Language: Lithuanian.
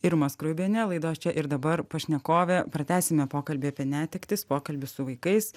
irma skruibienė laidos čia ir dabar pašnekovė pratęsime pokalbį apie netektis pokalbį su vaikais